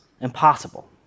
impossible